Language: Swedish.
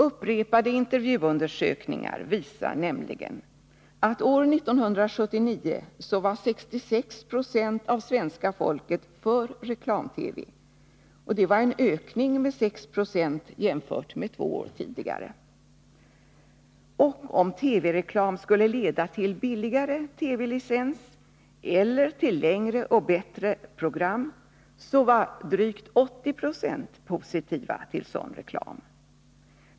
Upprepade intervjuundersökningar visar nämligen att år 1979 var 66 90 av svenska folket för reklam-TV, och det var en ökning med 6 70 jämfört med två år tidigare. Och om reklam-TV skulle leda till billigare TV-licens eller till längre och bättre program var drygt 80 96 positiva till sådan reklam.